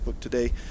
today